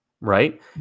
right